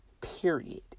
period